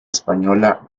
española